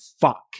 fuck